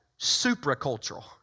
supracultural